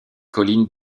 collines